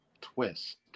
twist